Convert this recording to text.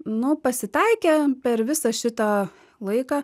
nu pasitaikė per visą šitą laiką